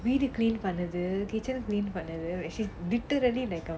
வீடு:veedu clean பண்ணுது:pannuthu kitchen clean பண்ணுது:pannuthu she's literally